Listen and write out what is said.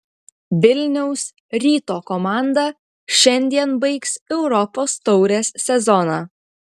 vilniaus ryto komanda šiandien baigs europos taurės sezoną